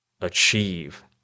achieve